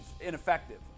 ineffective